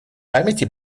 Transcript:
памяти